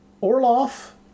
Orloff